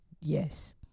Yes